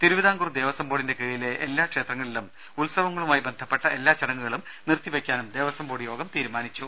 തിരുവിതാംകൂർ ദേവസ്വം ബോർഡിന്റെ കീഴിലെ എല്ലാ ക്ഷേത്രങ്ങളിലും ഉത്സവങ്ങളുമായി ബന്ധപ്പെട്ട എല്ലാ ചടങ്ങുകളും നിറുത്തി വെയ്ക്കാനും ദേവസ്വം ബോർഡ് യോഗം തീരുമാനിച്ചു